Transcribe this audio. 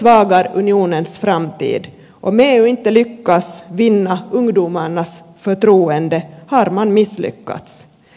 om eu inte lyckas vinna ungdomarnas förtroende har man misslyckats